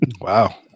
Wow